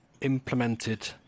implemented